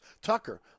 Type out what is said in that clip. Tucker